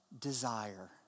desire